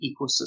ecosystem